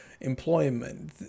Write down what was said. employment